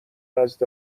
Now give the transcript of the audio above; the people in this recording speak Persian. نزد